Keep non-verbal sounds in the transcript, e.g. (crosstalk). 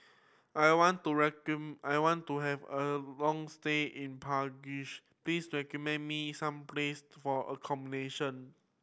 I want to (unintelligible) I want to have a long stay in (unintelligible) please recommend me some placed for accommodation